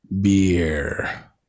beer